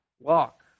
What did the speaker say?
walk